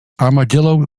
armadillo